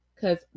Cause